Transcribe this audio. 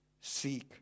seek